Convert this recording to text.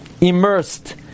immersed